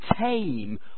tame